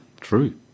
True